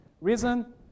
reason